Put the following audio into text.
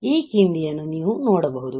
ಈ ಕಿಂಡಿಯನ್ನು ನೀವು ನೋಡಬಹುದು